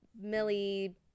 millie